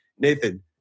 Nathan